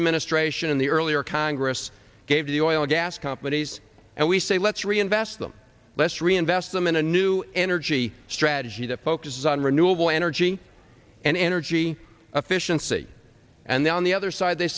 administration in the earlier congress gave you will gas companies and we say let's reinvest them less reinvest them in a new energy strategy that focuses on renewable energy and energy efficient see and then on the other side they